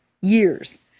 years